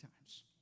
times